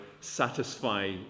satisfy